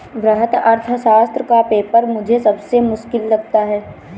वृहत अर्थशास्त्र का पेपर मुझे सबसे मुश्किल लगता है